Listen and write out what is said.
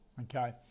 Okay